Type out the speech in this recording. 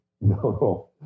No